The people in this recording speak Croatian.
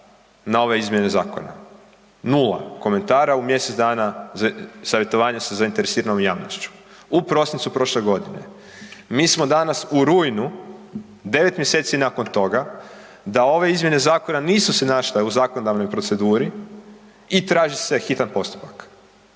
na ove izmjene zakona, 0 komentara u mjesec dana savjetovanja sa zainteresiranom javnošću u prosincu prošle godine. Mi smo danas u rujnu, 9. mjeseci nakon toga da ove izmjene zakona nisu se našle u zakonodavnoj proceduri i traži se hitan postupak.